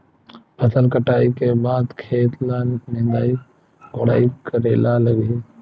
फसल कटाई के बाद खेत ल निंदाई कोडाई करेला लगही?